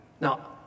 Now